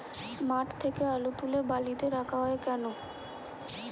মাঠ থেকে আলু তুলে বালিতে রাখা হয় কেন?